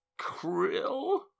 Krill